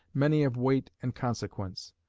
many of weight and consequence.